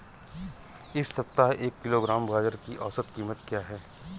इस सप्ताह एक किलोग्राम गाजर की औसत कीमत क्या है?